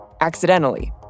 accidentally